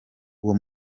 uwo